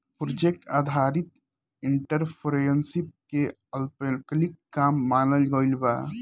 project आधारित entrepreneurship के अल्पकालिक काम मानल गइल बा